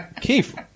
Keith